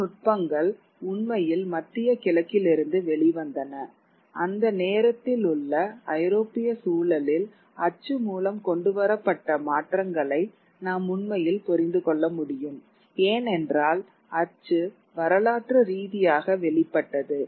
பல நுட்பங்கள் உண்மையில் மத்திய கிழக்கிலிருந்து வெளிவந்தன அந்த நேரத்தில் உள்ள ஐரோப்பிய சூழலில்அச்சு மூலம் கொண்டு வரப்பட்ட மாற்றங்களை நாம் உண்மையில் புரிந்து கொள்ள முடியும் ஏனென்றால் அச்சு வரலாற்று ரீதியாக வெளிப்பட்டது